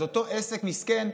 אז אותו עסק מסכן,